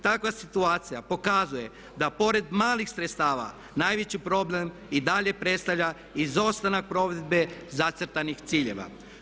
Takva situacija pokazuje da pored malih sredstava najveći problem i dalje predstavlja izostanak provedbe zacrtanih ciljeva.